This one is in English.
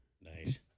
Nice